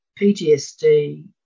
PTSD